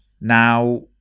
Now